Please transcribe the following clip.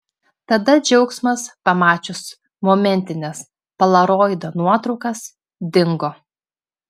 tada džiaugsmas pamačius momentines polaroido nuotraukas dingo